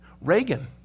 Reagan